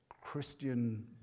Christian